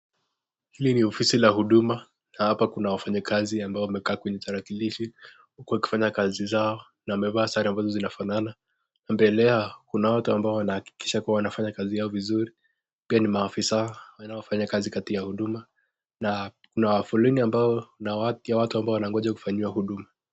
Hili ni ofisi ya huduma na hapa Kuna wafanyi kazi ambao wemeka tarakishi huku walifanya kazi zao na wamefaa sare zinasofanana mbele yao Kuna watu wanaakikisha wanafanya kazi Yao vizuri maofisa wanaofanya kazi ya huduma na Kuna foleni ambo watu wano ngonja kufanyiwa huduma.